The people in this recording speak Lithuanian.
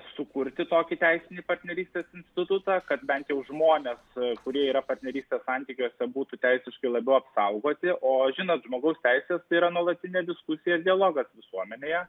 sukurti tokį teisinį partnerystės institutą kad bent jau žmonės kurie yra partnerystės santykiuose būtų teisiškai labiau apsaugoti o žinant žmogaus teises tai yra nuolatinė diskusija dialogas visuomenėje